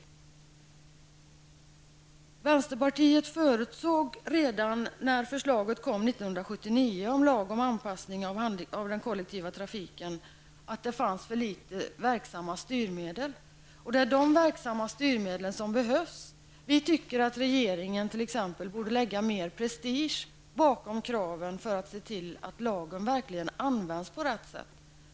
Vi i vänsterpartiet förutsåg redan 1979, då förslaget om lagen om en anpassning av den kollektiva trafiken kom, att det fanns för litet av verksamma styrmedel. Det är just verksamma styrmedel som behövs. Vi tycker att t.ex. regeringen borde ha mer av prestige bakom kraven -- detta för att lagen verkligen skall tillämpas på rätt sätt.